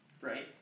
right